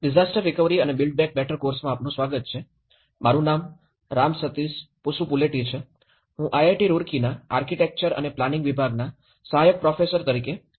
disaster recovery અને build back better course માં આપનું સ્વાગત છે મારું નામ રામ સતીશ પાસુપુલેટી છે હું આઈઆઈટી રુર્કીના આર્કિટેક્ચર અને પ્લાનિંગ વિભાગના સહાયક પ્રોફેસર તરીકે કાર્યરત છું